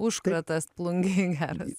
užkratas plungėj geras